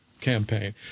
campaign